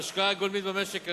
ההשקעה הגולמית במשק ירדה,